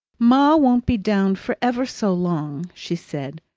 ma won't be down for ever so long, she said,